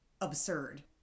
absurd